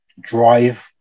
drive